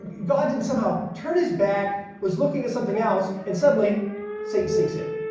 god didn't somehow turn his back, was looking at something else and suddenly satan sneaks in.